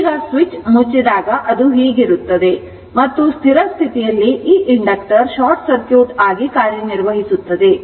ಈಗ ಸ್ವಿಚ್ ಮುಚ್ಚಿದಾಗ ಅದು ಹೀಗಿರುತ್ತದೆ ಮತ್ತು ಸ್ಥಿರ ಸ್ಥಿತಿಯಲ್ಲಿ ಈ ಇಂಡಕ್ಟರ್ ಶಾರ್ಟ್ ಸರ್ಕ್ಯೂಟ್ ಆಗಿ ಕಾರ್ಯನಿರ್ವಹಿಸುತ್ತದೆ